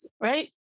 right